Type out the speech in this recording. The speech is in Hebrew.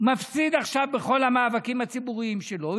מפסיד עכשיו בכל המאבקים הציבוריים שלו: הוא